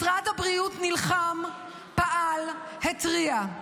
משרד הבריאות נלחם, פעל, התריע.